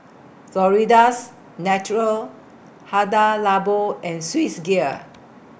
Florida's Natural Hada Labo and Swissgear